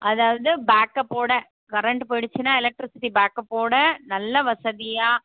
அதாவது பேக்அப்போட கரண்ட்டு போய்டுச்சுன்னா எலக்ட்ரிசிட்டி பேக்அப்போட நல்ல வசதியாக